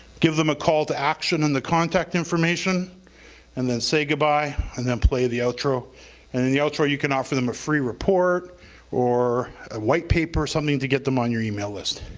give them a call to action and the contact information and then say goodbye and then play the outro and in the outro you can offer them a free report or a white paper or something to get them on your email list.